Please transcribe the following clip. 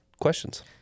questions